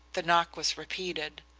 the knock was repeated.